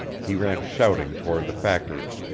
he ran shouting toward the factory.